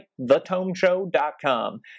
thetomeshow.com